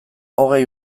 hogei